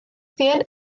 zien